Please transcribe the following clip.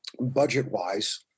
budget-wise